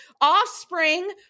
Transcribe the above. offspring